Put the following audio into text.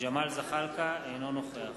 אינו נוכח